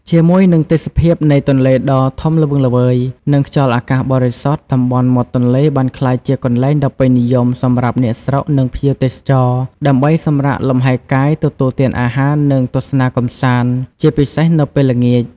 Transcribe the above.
ជាមួយនឹងទេសភាពនៃទន្លេដ៏ធំល្វឹងល្វើយ និងខ្យល់អាកាសបរិសុទ្ធ តំបន់មាត់ទន្លេបានក្លាយជាកន្លែងដ៏ពេញនិយមសម្រាប់អ្នកស្រុក និងភ្ញៀវទេសចរដើម្បីសម្រាកលំហែកាយ ទទួលទានអាហារ និងទស្សនាកម្សាន្ត ជាពិសេសនៅពេលល្ងាច។